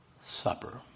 supper